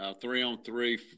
three-on-three